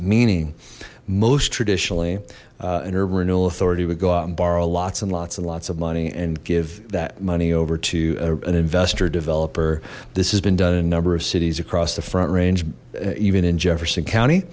meaning most traditionally an urban renewal authority would go out and borrow lots and lots and lots of money and give that money over to an investor developer this has been done in a number of cities across the front range even in jefferson county